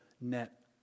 net